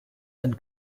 and